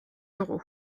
d’euros